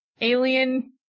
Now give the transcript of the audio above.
Alien